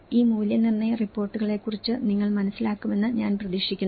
ഈ മൂല്യനിർണ്ണയ റിപ്പോർട്ടുകളെക്കുറിച്ച് നിങ്ങൾ മനസ്സിലാക്കുമെന്ന് ഞാൻ പ്രതീക്ഷിക്കുന്നു